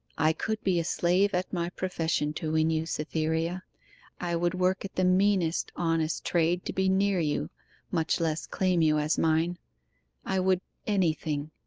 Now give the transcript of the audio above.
i could be a slave at my profession to win you, cytherea i would work at the meanest, honest trade to be near you much less claim you as mine i would anything.